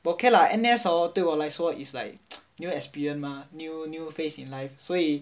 but okay lah N_S hor 对我来说 is like new experience new new phase in life 所以